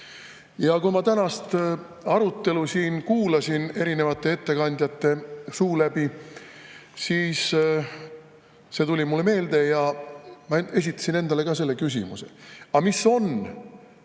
kui ma tänases arutelus kuulasin erinevaid ettekandjaid, siis see tuli mulle meelde ja ma esitasin endale ka selle küsimuse: aga mis on